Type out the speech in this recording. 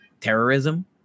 terrorism